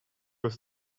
was